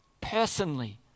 Personally